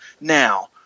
Now